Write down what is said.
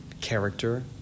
character